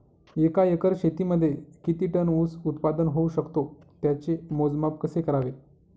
एका एकर शेतीमध्ये किती टन ऊस उत्पादन होऊ शकतो? त्याचे मोजमाप कसे करावे?